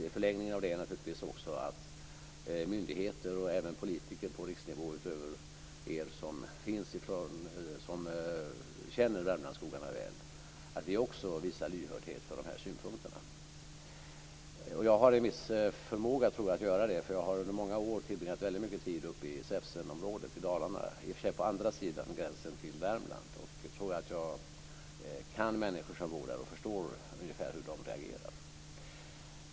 I förlängningen krävs det då också att myndigheter och även politiker på riksnivå, utöver er som känner Värmlandsskogarna väl, visar lyhördhet för dessa synpunkter. Jag har en viss förmåga att hysa sådan respekt, därför att jag har under många år tillbringat mycket tid i Säfsenområdet i Dalarna på andra sidan gränsen till Värmland. Jag tycker att jag kan de människor som bor där och jag förstår ungefär hur de reagerar.